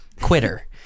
quitter